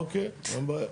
אוקיי, אין בעיה.